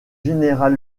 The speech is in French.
général